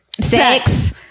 Sex